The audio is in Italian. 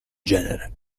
genere